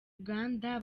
uganda